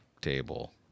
table